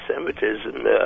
anti-semitism